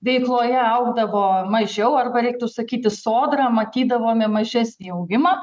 veikloje augdavo mažiau arba reiktų sakyti sodra matydavome mažesnį augimą